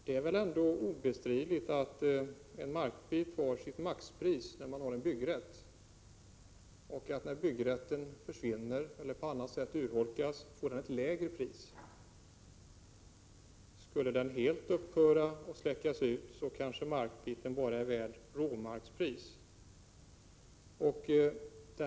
Det är väl ändå obestridligt att en markbit har sitt max-pris när man har en byggrätt, och om byggrätten försvinner eller urholkas får markbiten ett lägre värde. Skulle byggrätten helt upphöra och så att säga släckas ut kanske markbiten blir värd bara vad som är råmarkspris.